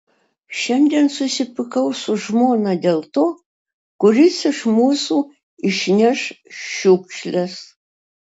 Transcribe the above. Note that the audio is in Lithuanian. šiandien susipykau su žmona dėl to kuris iš mūsų išneš šiukšles